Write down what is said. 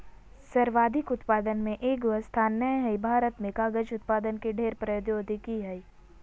सर्वाधिक उत्पादक में एगो स्थान नय हइ, भारत में कागज उत्पादन के ढेर प्रौद्योगिकी हइ